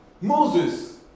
Moses